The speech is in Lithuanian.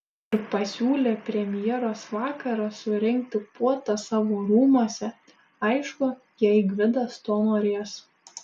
ir pasiūlė premjeros vakarą surengti puotą savo rūmuose aišku jei gvidas to norės